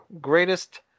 greatest